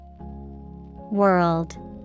World